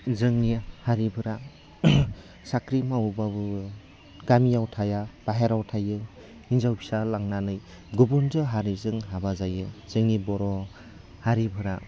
जोंनि हारिफोरा साख्रि मावबाबो गामियाव थाया बाहेराव थायो हिनजाव फिसा लांनानै गुबुनजों हारिजों हाबा जायो जोंनि बर' हारिफोरा